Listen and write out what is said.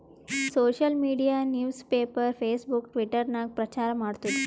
social media news paper, Facebook, Twitter ನಾಗ್ ಪ್ರಚಾರ್ ಮಾಡ್ತುದ್